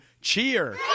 cheer